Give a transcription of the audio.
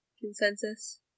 consensus